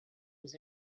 was